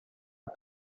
was